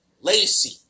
Lacey